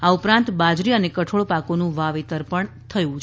આ ઉપરાંત બાજરી અને કઠોળ પાકોનું વાવેતર પણ થયું છે